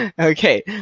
Okay